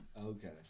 Okay